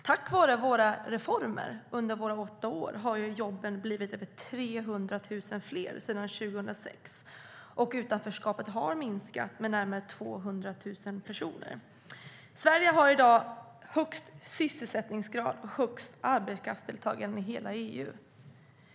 Tack vare våra reformer under våra åtta år har ju jobben blivit 300 000 fler sedan 2006, och utanförskapet har minskat med närmare 200 000 personer. Sverige har i dag högst sysselsättningsgrad och högst arbetskraftsdeltagande i hela EU.